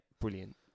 brilliant